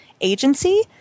agency